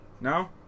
No